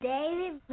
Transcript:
David